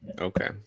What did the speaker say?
okay